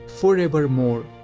forevermore